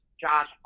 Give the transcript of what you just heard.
Josh